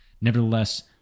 Nevertheless